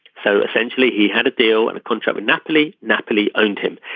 so essentially he had a deal and a contract with napoli. napoli owned him.